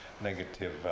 negative